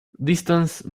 distance